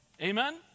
Amen